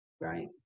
Right